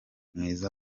mwiza